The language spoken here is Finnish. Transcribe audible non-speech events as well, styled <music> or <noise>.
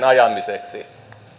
<unintelligible> ajamiseksi